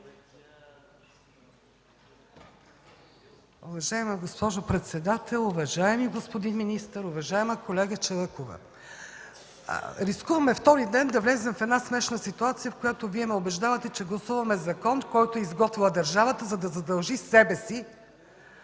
Уважаема госпожо председател, уважаеми господин министър! Уважаема колега Чалъкова, рискуваме втори ден да влезем в една смешна ситуация, в която Вие ме убеждавате, че гласуваме закон, който е изготвила държавата, за да задължи себе си